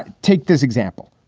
take this example,